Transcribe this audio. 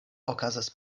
okazas